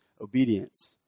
obedience